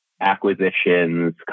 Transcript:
acquisitions